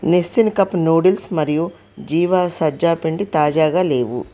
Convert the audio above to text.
Nissin cup noodles మరియు జీవా సజ్జ పిండి తాజాగా లేవు